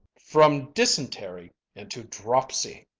from dysentery into dropsy.